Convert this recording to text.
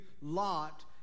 Lot